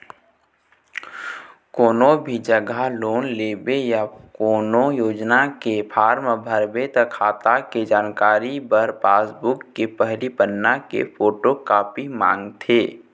कोनो भी जघा लोन लेबे या कोनो योजना के फारम भरबे त खाता के जानकारी बर पासबूक के पहिली पन्ना के फोटोकापी मांगथे